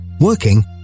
Working